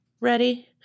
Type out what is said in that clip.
ready